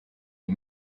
les